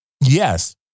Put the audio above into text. Yes